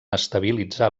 estabilitzar